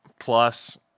plus